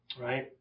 right